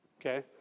okay